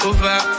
Over